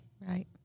Right